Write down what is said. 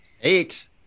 Eight